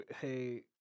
Hey